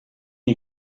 you